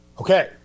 Okay